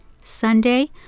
Sunday